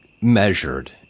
measured